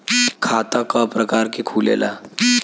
खाता क प्रकार के खुलेला?